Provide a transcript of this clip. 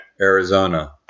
Arizona